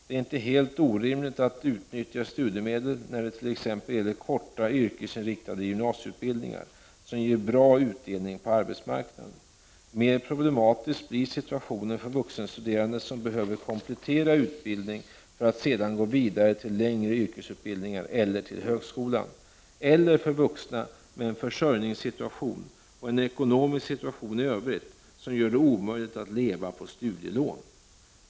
Det är inte helt orimligt att utnyttja studiemedel när det t.ex. gäller korta yrkesinriktade gymnasieutbildningar, som ger bra utdelning på arbetsmarknaden. Mer problematisk blir situationen för vuxenstuderande som behöver kompletterande utbildning för att sedan gå vidare till längre yrkesutbildningar eller till högskolan, eller för vuxna med en försörjningssituation och en ekonomisk situation i övrigt som gör det omöjligt att leva på studielån.